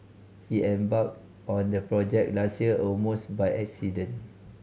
he embarked on the project last year almost by accident